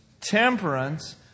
temperance